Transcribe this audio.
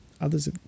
Others